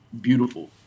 beautiful